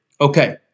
Okay